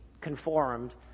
conformed